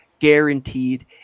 guaranteed